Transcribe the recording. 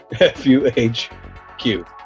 F-U-H-Q